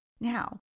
Now